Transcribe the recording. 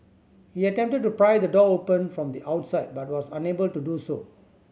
he attempted to pry the door open from the outside but was unable to do so